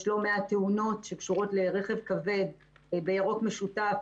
יש לא מעט תאונות שקשורות לרכב כבד ב"ירוק משותף",